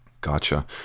Gotcha